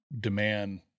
demand